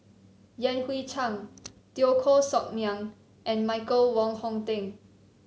Yan Hui Chang Teo Koh Sock Miang and Michael Wong Hong Teng